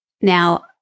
Now